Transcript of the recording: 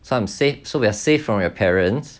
so we're safe from your parents